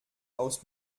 aus